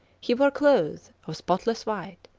he wore clothe, of spotless white,